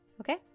Okay